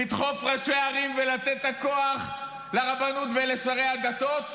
לדחוף ראשי ערים ולתת את הכוח לרבנות ולשרי הדתות,